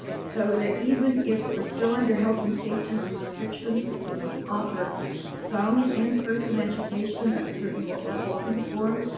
so that even if we're still under health and safety restrictions, we can offer some in-person education. that's certainly what we're hoping for.